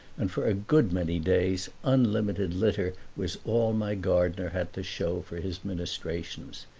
and for a good many days unlimited litter was all my gardener had to show for his ministrations.